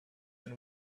and